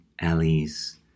alleys